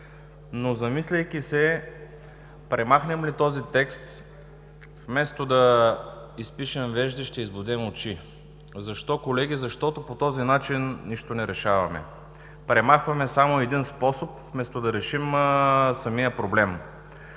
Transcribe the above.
Замисляйки се обаче, премахнем ли този текст вместо да изпишем вежди, ще избодем очи. Защо, колеги? Защото по този начин нищо не решаваме – само премахваме един способ, вместо да решим самия проблем.